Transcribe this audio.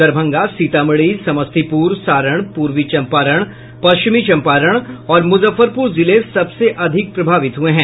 दरभंगा सीतामढ़ी समस्तीपुर सारण पूर्वी चंपारण पश्चिमी चंपारण और मुजफ्फरपुर जिले सबसे अधिक प्रभावित हुए हैं